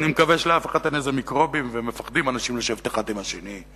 אני מקווה שלאף אחד אין מיקרובים ואנשים מפחדים לשבת אחד עם השני,